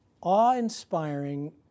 awe-inspiring